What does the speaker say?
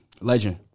Legend